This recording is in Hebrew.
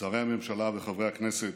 שרי הממשלה וחברי הכנסת,